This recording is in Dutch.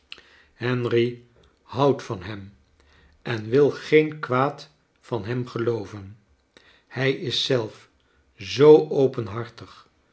henry houdt van hem en wil geen kwaad van hem gelooven hij is zelf zoo openhartig